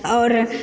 आओर